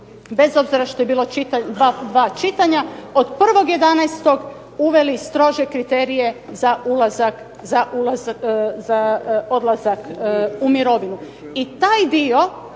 bez obzira što je bilo dva čitanja od 1.11. uveli strože kriterije za odlazak u mirovinu.